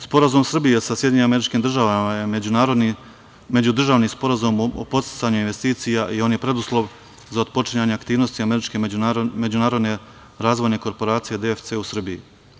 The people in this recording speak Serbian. Sporazum Srbije sa SAD je međudržavni sporazum o podsticanju investicija i on je preduslov za otpočinjanje aktivnosti američke međunarodne razvojne korporacije DFC u Srbiji.